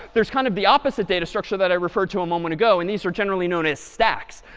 there's kind of the opposite data structure that i referred to a moment ago. and these are generally known as stacks.